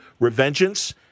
Revengeance